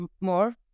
more